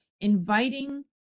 inviting